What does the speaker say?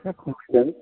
एसे खमसिगोन